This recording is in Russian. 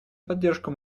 поддержку